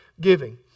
giving